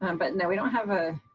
um but no we don't have a